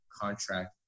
contract